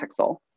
pixel